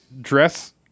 dress